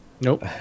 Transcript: Nope